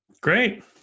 Great